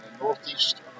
Northeast